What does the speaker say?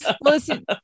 listen